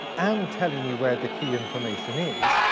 um telling you where the key information is,